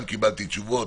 וגם קיבלתי תשובות,